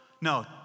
No